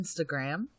Instagram